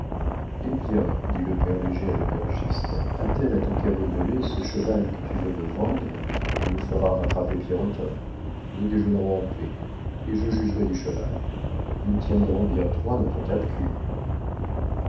eh bien dit le père léger à l'aubergiste attelle à ton cabriolet ce cheval que tu veux me vendre tu nous feras rattraper pierrotin nous déjeunerons en paix et je jugerai du cheval nous tiendrons bien trois dans ton tape cul